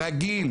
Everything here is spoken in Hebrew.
הרגיל.